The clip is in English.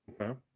Okay